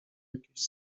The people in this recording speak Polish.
jakiejś